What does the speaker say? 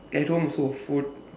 at home also food